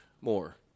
more